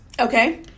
okay